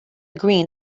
green